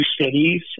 cities